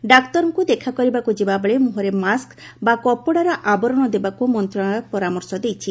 ଡାକ୍ତରଙ୍କୁ ଦେଖାକରିବାକୁ ଯିବାବେଳେ ମୁହଁରେ ମାସ୍କ ବା କପଡ଼ାର ଆବରଣ ଦେବାକୁ ମନ୍ତଶାଳୟ ପରାମର୍ଶ ଦେଇଛି